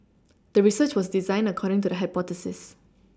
the research was designed according to the hypothesis